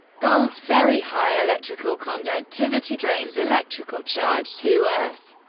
gold's very high electrical conductivity drains electrical charge to earth,